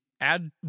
add